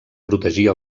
protegir